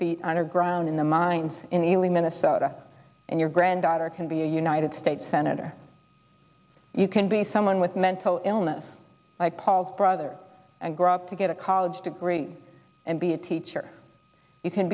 feet underground in the mines in ealing minnesota and your granddaughter can be a united states senator you can be someone with mental illness like paul's brother and grow up to get a college degree and be a teacher you can